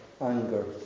anger